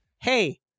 hey